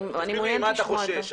תסביר לי ממה אתה חושש.